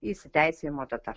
įsiteisėjimo data